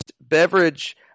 beverage